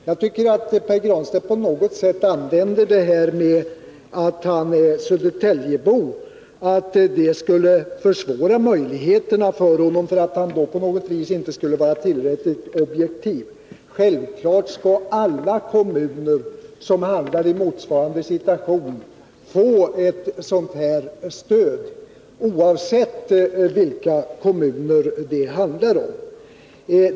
Jag tycker att Pär Granstedt antyder att detta att han är södertäljebo skulle försvåra möjligheterna för honom, att han då på något vis inte skulle vara tillräckligt objektiv. Självfallet skall alla kommuner som hamnar i motsvarande situation få ett sådant här stöd, oavsett vilka kommuner det handlar om.